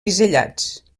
bisellats